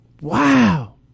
Wow